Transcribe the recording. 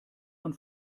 man